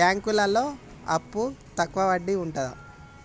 బ్యాంకులలో అప్పుకు తక్కువ వడ్డీ ఉంటదా?